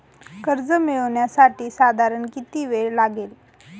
कर्ज मिळविण्यासाठी साधारण किती वेळ लागेल?